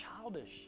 childish